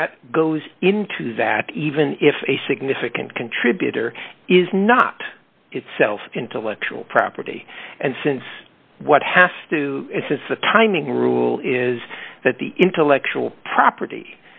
that goes into that even if a significant contributor is not itself intellectual property and since what has to is the timing rule is that the intellectual property